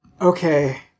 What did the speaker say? okay